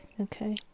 Okay